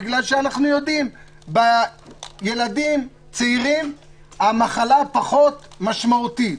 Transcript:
בגלל שאנחנו יודעים שאצל ילדים צעירים המחלה פחות משמעותית,